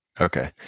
Okay